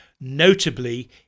notably